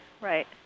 right